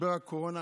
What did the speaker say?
משבר הקורונה